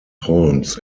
holmes